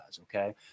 Okay